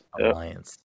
Alliance